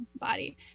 body